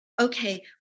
okay